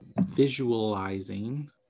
Visualizing